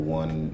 one